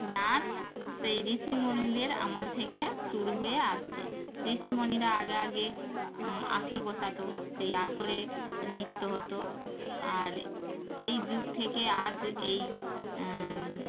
নাচ সেই ঋষিমুনিদের আমল থেকে শুরু হয়ে আসছে ঋষিমুনিরা আগে আগে আসর বসাতো সেই আসরে নৃত্য হতো আর সেই যুগ থেকে আজ এই